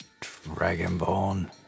dragonborn